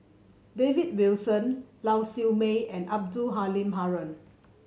David Wilson Lau Siew Mei and Abdul Halim Haron